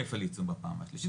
כפל עיצום בפעם השלישית,